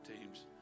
teams